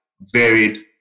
varied